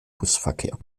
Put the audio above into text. busverkehr